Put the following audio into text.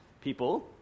people